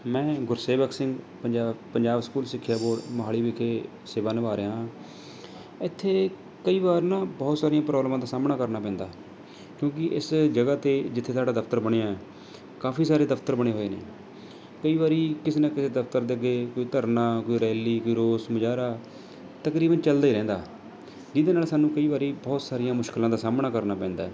ਮੈਂ ਗੁਰਸੇਵਕ ਸਿੰਘ ਪੰਜਾ ਪੰਜਾਬ ਸਕੂਲ ਸਿੱਖਿਆ ਬੋਰਡ ਮੋਹਾਲੀ ਵਿਖੇ ਸੇਵਾ ਨਿਭਾ ਰਿਹਾ ਹਾਂ ਇੱਥੇ ਕਈ ਵਾਰ ਨਾ ਬਹੁਤ ਸਾਰੀਆਂ ਪ੍ਰੋਬਲਮਾਂ ਦਾ ਸਾਹਮਣਾ ਕਰਨਾ ਪੈਂਦਾ ਹੈ ਕਿਉਂਕਿ ਇਸ ਜਗ੍ਹਾ 'ਤੇ ਜਿੱਥੇ ਸਾਡਾ ਦਫ਼ਤਰ ਬਣਿਆ ਕਾਫ਼ੀ ਸਾਰੇ ਦਫ਼ਤਰ ਬਣੇ ਹੋਏ ਨੇ ਕਈ ਵਾਰੀ ਕਿਸੇ ਨਾ ਕਿਸੇ ਦਫ਼ਤਰ ਦੇ ਅੱਗੇ ਕੋਈ ਧਰਨਾ ਕੋਈ ਰੈਲ਼ੀ ਕੋਈ ਰੋਸ ਮੁਜ਼ਹਾਰਾ ਤਕਰੀਬਨ ਚੱਲਦਾ ਹੀ ਰਹਿੰਦਾ ਇਹਦੇ ਨਾਲ਼ ਸਾਨੂੰ ਕਈ ਵਾਰੀ ਬਹੁਤ ਸਾਰੀਆਂ ਮੁਸ਼ਕਲਾਂ ਦਾ ਸਾਹਮਣਾ ਕਰਨਾ ਪੈਂਦਾ